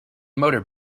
motor